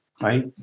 right